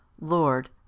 Lord